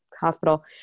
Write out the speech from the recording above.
hospital